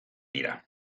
dira